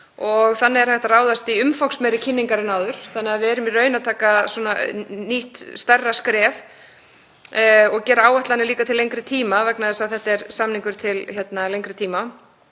Þannig er hægt að ráðast í umfangsmeiri kynningar en áður. Við erum því í raun að taka nýtt og stærra skref og gera áætlanir líka til lengri tíma vegna þess að þetta er samningur til lengri tíma.